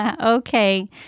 Okay